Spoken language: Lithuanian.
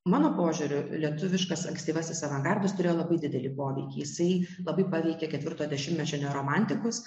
mano požiūriu lietuviškas ankstyvasis avangardas turėjo labai didelį poveikį jisai labai paveikė ketvirto dešimtmečio neoromantikus